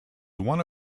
one